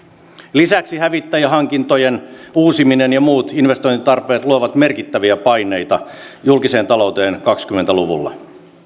lisäksi hävittäjähankintojen uusiminen ja muut investointitarpeet luovat merkittäviä paineita julkiseen talouteen kaksikymmentä luvulla